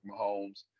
Mahomes